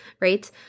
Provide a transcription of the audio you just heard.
right